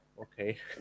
Okay